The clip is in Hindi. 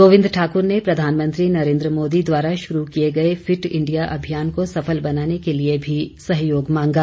गोविंद ठाकुर ने प्रधानमंत्री नरेन्द्र मोदी द्वारा शुरू किए गए फिट इंडिया अभियान को सफल बनाने के लिए भी सहयोग मांगा